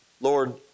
Lord